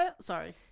Sorry